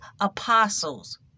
apostles